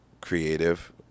creative